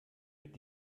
mit